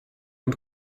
und